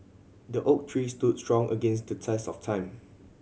the oak tree stood strong against the test of time